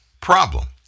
problem